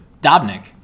Dobnik